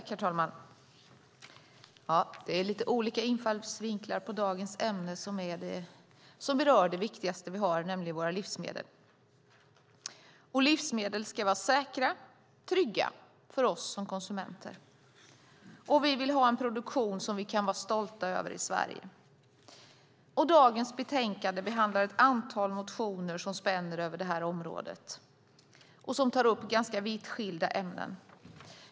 Herr talman! Det finns lite olika infallsvinklar på dagens ämne som berör det viktigaste vi har, nämligen våra livsmedel. Livsmedel ska vara säkra och trygga för oss som konsumenter. Vi vill ha en produktion som vi kan vara stolta över i Sverige. Dagens betänkande behandlar ett antal motioner som spänner över det här området och som tar upp ganska vitt skilda ämnen.